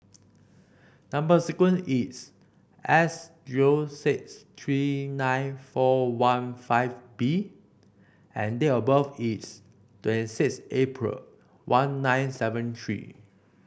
number sequence is S zero six three nine four one five B and date of birth is twenty sixth April one nine seven three